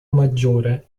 maggiore